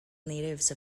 natives